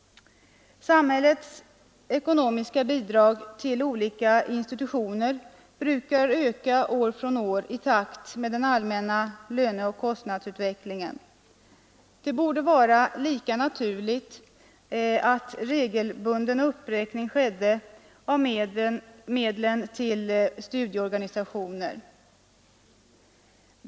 Samhällets ekonomiska bidrag till olika institutioner brukar öka år från år i takt med den allmänna löneoch kostnadsutvecklingen. Det borde vara lika naturligt att regelbunden uppräkning skedde av medlen till studieorganisationer.